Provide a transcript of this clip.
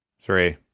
Three